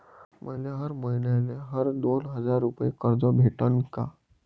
मले हर मईन्याले हर दोन हजार रुपये कर्ज भेटन का?